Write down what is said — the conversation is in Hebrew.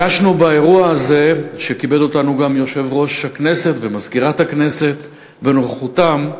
כיבדו אותנו גם יושב-ראש הכנסת ומזכירת הכנסת בנוכחותם.